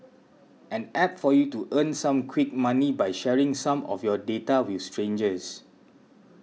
an App for you to earn some quick money by sharing some of your data with strangers